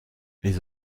les